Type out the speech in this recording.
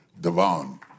Devon